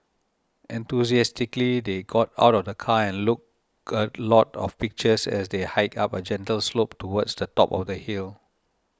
enthusiastically they got out of the car look a lot of pictures as they hiked up a gentle slope towards the top of the hill